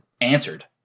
answered